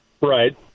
Right